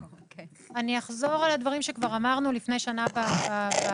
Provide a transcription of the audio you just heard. אני אחזור על הדברים שכבר אמרנו לפני שנה בוועדה.